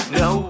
no